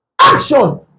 action